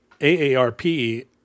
AARP